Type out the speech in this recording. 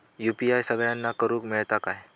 UPI सगळ्यांना करुक मेलता काय?